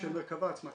של מרכב"ה עצמה.